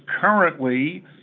currently